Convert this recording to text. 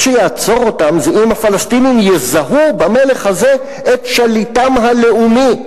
מה שיעצור אותם זה אם הפלסטינים יזהו במלך הזה את שליטם הלאומי.